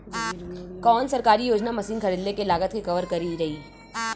कौन सरकारी योजना मशीन खरीदले के लागत के कवर करीं?